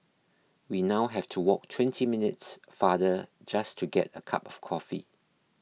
we now have to walk twenty minutes farther just to get a cup of coffee